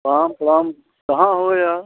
प्रणाम प्रणाम कहा हो यार